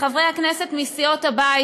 לחברי הכנסת מסיעות הבית,